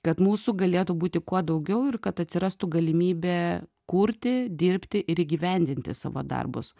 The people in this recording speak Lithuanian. kad mūsų galėtų būti kuo daugiau ir kad atsirastų galimybė kurti dirbti ir įgyvendinti savo darbus